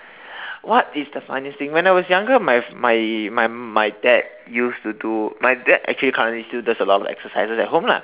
what is the funniest thing when I was younger my my my my dad used to do my dad actually currently still does a lot of exercises at home lah